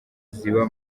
ziba